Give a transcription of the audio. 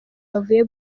bavuye